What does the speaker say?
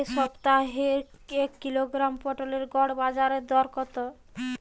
এ সপ্তাহের এক কিলোগ্রাম পটলের গড় বাজারে দর কত?